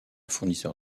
fournisseur